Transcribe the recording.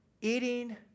eating